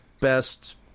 best